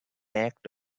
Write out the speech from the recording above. act